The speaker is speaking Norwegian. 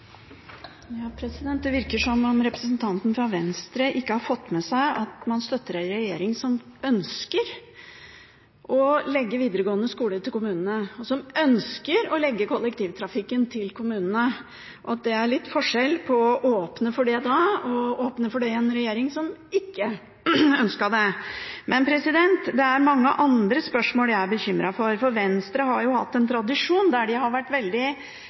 Det virker som om representanten fra Venstre ikke har fått med seg at man støtter en regjering som ønsker å legge videregående skoler til kommunene, og som ønsker å legge kollektivtrafikken til kommunene – og at det er litt forskjell på å åpne for det da, og å åpne for det i en regjering som ikke ønsket det. Det er mange andre spørsmål jeg er bekymret for. Venstre har hatt en tradisjon der de har vært